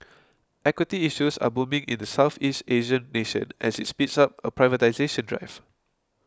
equity issues are booming in the Southeast Asian nation as it speeds up a privatisation drive